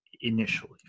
initially